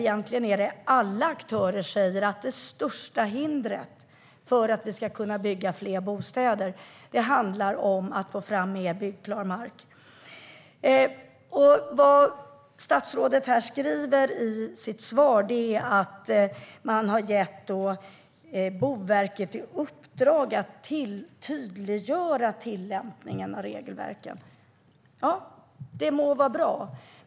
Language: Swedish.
Egentligen säger alla aktörer att det största hindret för att fler bostäder ska kunna byggas handlar om att få fram mer byggklar mark. Statsrådet säger i sitt svar att man har gett Boverket i uppdrag att tydliggöra tillämpningen av regelverket. De må vara bra.